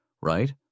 right